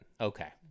Okay